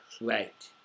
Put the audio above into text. Right